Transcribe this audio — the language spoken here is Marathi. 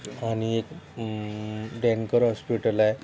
आणि एक डेहनकर हॉस्पिटल आहे